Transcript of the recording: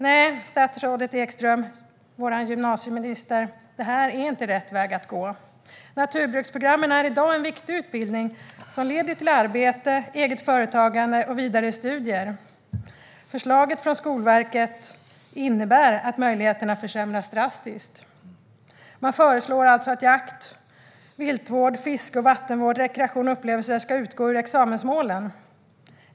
Nej, statsrådet Ekström - vår gymnasieminister - det här är inte rätt väg att gå. Naturbruksprogrammet är i dag en viktig utbildning som leder till arbete, eget företagande och vidare studier. Förslaget från Skolverket innebär att möjligheterna försämras drastiskt. Man föreslår alltså att jakt, viltvård, fiske, vattenvård, rekreation och upplevelser ska utgå ur examensmålen.